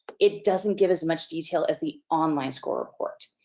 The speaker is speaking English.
it doesn't give as much detail as the online score report.